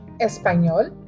español